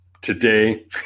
today